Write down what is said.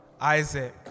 Isaac